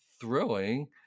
thrilling